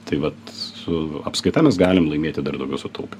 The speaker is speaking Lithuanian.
tai vat su apskaita mes galim laimėti dar daugiau sutaupymo